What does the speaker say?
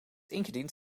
ingediend